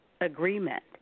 agreement